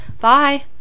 Bye